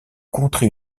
contrer